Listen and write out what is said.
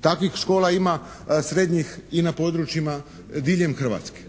Takvih škola ima srednjih i na područjima diljem Hrvatske.